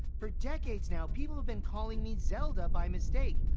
for decades now, people have been calling me zelda by mistake.